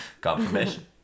confirmation